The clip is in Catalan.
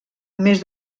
més